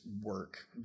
work